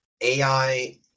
AI